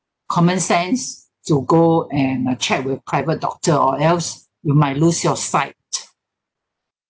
common sense to go and uh check with private doctor or else you might lose your sight